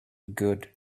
good